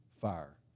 fire